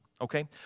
Okay